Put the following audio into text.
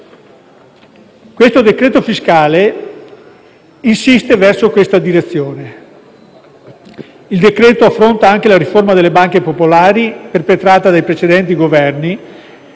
nostro esame insiste verso questa direzione. Il decreto-legge affronta anche la riforma delle banche popolari, perpetrata dai precedenti Governi,